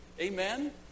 Amen